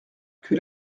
que